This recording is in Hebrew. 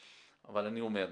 אבל אני אומר,